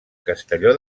castelló